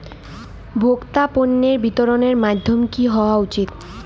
ভোক্তা পণ্যের বিতরণের মাধ্যম কী হওয়া উচিৎ?